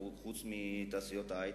חוץ מתעשיות ההי-טק,